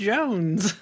Jones